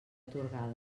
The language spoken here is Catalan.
atorgada